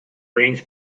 rains